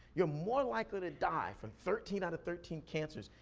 you're more likely to die from thirteen out of thirteen cancers,